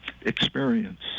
experience